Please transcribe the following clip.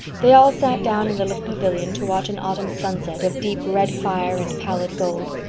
they all sat down in the little pavilion to watch an autumn sunset of deep red fire and pallid gold.